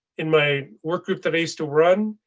in my work group they still run.